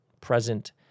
present